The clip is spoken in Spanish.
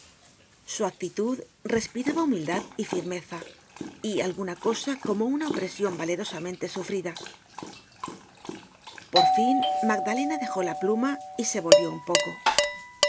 su actitud respiraba humildad y firmeza y alguna cosa como una opresion valerosamente sufrida content from google book search generated at por fin magdalena dejó la pluma y se volvió un poco